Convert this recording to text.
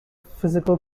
physical